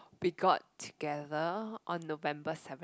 we got together on November seven